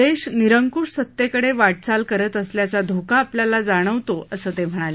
देश निरंकूश सत्तेकडे वाटचाल करत असल्याचा धोका आपल्याला जाणवतो असं ते म्हणाले